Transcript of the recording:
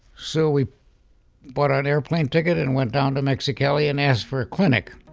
so we bought an airplane ticket and went down to mexicali and asked for a clinic